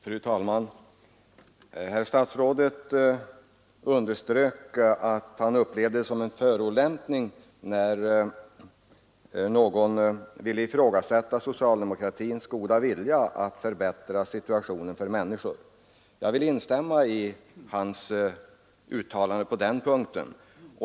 Fru talman! Herr statsrådet underströk att han upplevt det som en förolämpning när någon ville ifrågasätta socialdemokratins goda vilja att förbättra människors situation. Jag vill instämma i hans uttalande på den punkten.